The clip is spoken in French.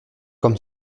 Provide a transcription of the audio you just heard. comme